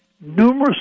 numerous